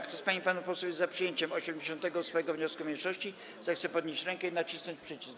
Kto z pań i panów posłów jest za przyjęciem 88. wniosku mniejszości, zechce podnieść rękę i nacisnąć przycisk.